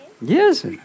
Yes